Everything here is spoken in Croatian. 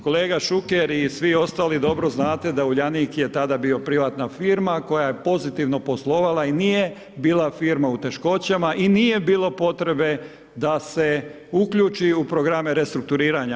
Kolega Šuker i svi ostali dobro znate da Uljanik je bila tada privatna firma, koja je pozitivna poslovala i nije bila firma u teškoćama i nije bilo potrebe da se uključi u programe restrukturiranja.